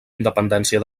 independència